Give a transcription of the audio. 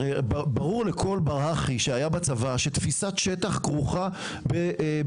הרי ברור לכל בר הכי שהיה בצבא שתפיסת שטח כרוכה בביטחון.